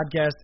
podcast